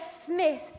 Smith